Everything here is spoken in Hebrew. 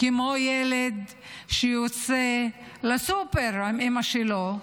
כמו ילד שיוצא לסופר עם אימא שלו,